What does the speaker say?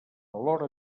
valor